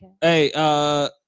Hey